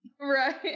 Right